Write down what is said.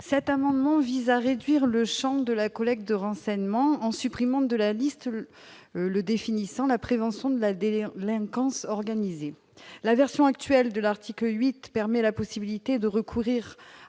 Cet amendement vise à réduire le champ de la collecte de renseignements, en supprimant de la liste le définissant « la prévention de la délinquance organisée ». La version actuelle de l'article 8 offre la possibilité de recourir